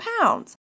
pounds